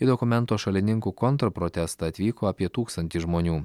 į dokumento šalininkų kontrprotestą atvyko apie tūkstantį žmonių